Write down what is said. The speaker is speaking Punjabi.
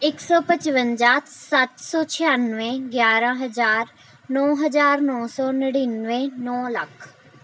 ਇੱਕ ਸੌ ਪਚਵੰਜਾਂ ਸੱਤ ਸੌ ਛਿਆਨਵੇਂ ਗਿਆਰ੍ਹਾਂ ਹਜ਼ਾਰ ਨੌ ਹਜ਼ਾਰ ਨੌ ਸੌ ਨੜਿਨਵੇਂ ਨੌ ਲੱਖ